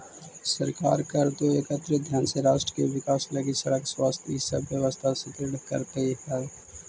सरकार कर दो एकत्रित धन से राष्ट्र के विकास लगी सड़क स्वास्थ्य इ सब व्यवस्था सुदृढ़ करीइत हई